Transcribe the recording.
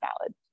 valid